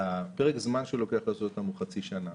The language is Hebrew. פרק הזמן שלוקח לעשות את זה הוא חצי שנה,